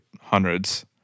hundreds